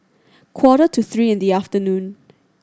quarter to three in the afternoon